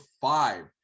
five